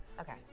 Okay